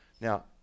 Now